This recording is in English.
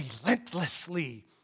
relentlessly